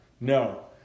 No